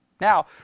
Now